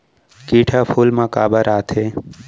किट ह फूल मा काबर आथे?